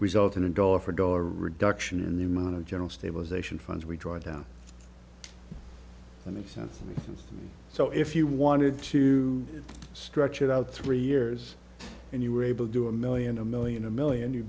result in a dollar for dollar reduction in the amount of general stabilization funds we draw down in the sense so if you wanted to stretch it out three years and you were able to do a million a million a million you